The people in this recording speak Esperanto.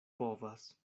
povas